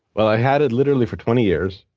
well, i had it, literally, for twenty years.